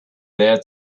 there